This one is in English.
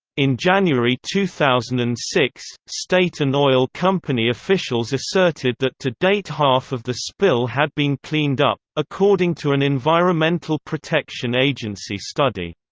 in january two thousand and six, state and oil company officials asserted that to date half of the spill had been cleaned up according to an environmental protection agency study,